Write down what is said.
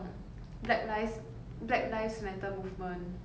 I think 越来越很多 unrest lah then